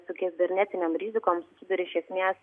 su kibernetinėm rizikom susiduria iš esmės